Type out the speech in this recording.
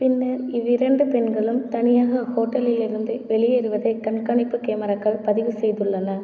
பின்னர் இவ்விரண்டு பெண்களும் தனியாக ஹோட்டலிலிருந்து வெளியேறுவதை கண்காணிப்பு கேமராக்கள் பதிவு செய்துள்ளன